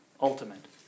ultimate